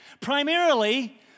Primarily